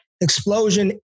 explosion